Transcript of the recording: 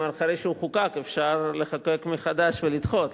גם אחרי שהוא חוקק אפשר לחוקק מחדש ולדחות,